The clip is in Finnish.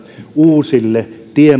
uusille